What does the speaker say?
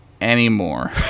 anymore